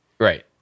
Right